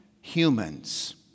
humans